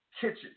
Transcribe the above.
kitchen